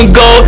go